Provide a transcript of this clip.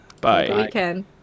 Bye